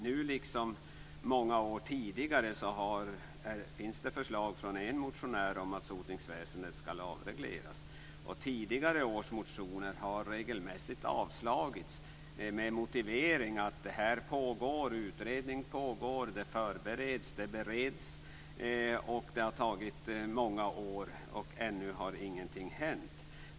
Nu liksom under många år tidigare finns det förslag från en motionär om att sotningsväsendet ska avregleras. Tidigare års motioner har regelmässigt avstyrkts med motivering att utredning pågår, att ändringar förbereds och att ärendet bereds. Det har tagit många år, och ännu har ingenting hänt.